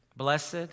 Blessed